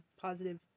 positive